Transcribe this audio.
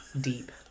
Deep